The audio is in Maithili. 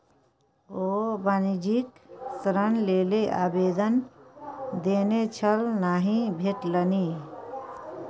ओ वाणिज्यिक ऋण लेल आवेदन देने छल नहि भेटलनि